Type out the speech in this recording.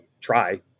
try